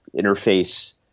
interface